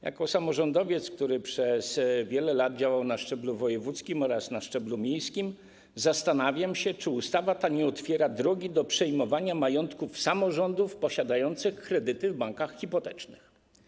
Jako samorządowiec, który przez wiele lat działał na szczeblu wojewódzkim oraz na szczeblu miejskim, zastanawiam się, czy ustawa ta nie otwiera drogi do przejmowania majątku samorządów posiadających kredyty w bankach hipotecznych.